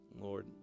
Lord